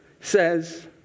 says